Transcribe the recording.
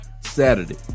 Saturday